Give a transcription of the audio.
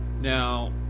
Now